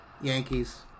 Yankees